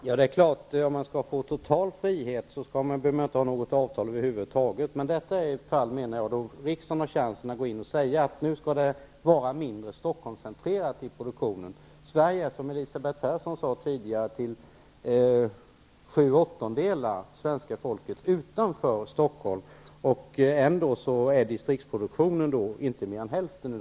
Herr talman! Om det skall vara total frihet behöver man inte ha något avtal över huvud taget. Men jag menar att detta är ett fall då riksdagen har möjlighet att gå in och säga att produktionen nu skall vara mindre Stockholmscentrerad. Sverige är, som Elisabeth Persson tidigare sade, till sju åttondelar svenska folket utanför Stockholm. Ändå är distriktsproduktionen i dag inte mer än hälften.